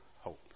hope